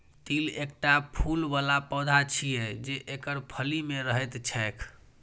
तिल एकटा फूल बला पौधा छियै, जे एकर फली मे रहैत छैक